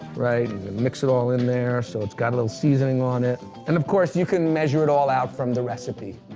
mix it all in there so it's got a little seasoning on it, and, of course, you can measure it all out from the recipe.